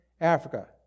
Africa